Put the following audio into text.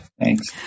Thanks